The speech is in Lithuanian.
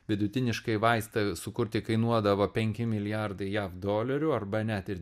vidutiniškai vaistą sukurti kainuodavo penki milijardai jav dolerių arba net ir